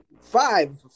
five